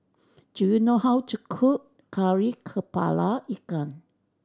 do you know how to cook Kari Kepala Ikan